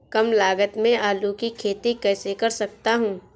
कम लागत में आलू की खेती कैसे कर सकता हूँ?